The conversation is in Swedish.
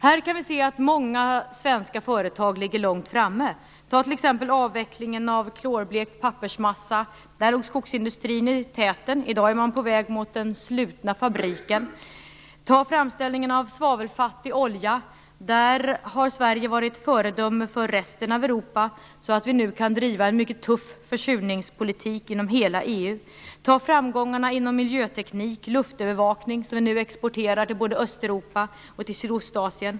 Vi kan se att många svenska företag ligger långt framme på det här området. Ett exempel är avvecklingen av klorblekt pappersmassa. Där låg skogsindustrin i täten. I dag är man på väg mot den slutna fabriken. Vad gäller framställningen av svavelfattig olja har Sverige varit ett föredöme för resten av Europa, så att vi nu kan driva en mycket tuff försurningspolitik inom hela EU. Fler exempel är framgångarna inom miljöteknik och luftövervakning, som vi nu exporterar till både Östeuropa och Sydostasien.